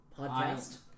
Podcast